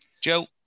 Joe